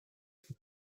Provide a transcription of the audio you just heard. die